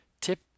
tip